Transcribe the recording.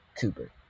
Cooper